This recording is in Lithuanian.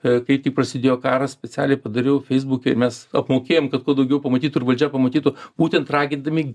a kai tik prasidėjo karas specialiai padariau feisbuke mes apmokėjom kad kuo daugiau pamatytų ir valdžia pamatytų būtent ragindami